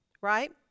right